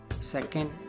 second